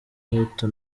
hato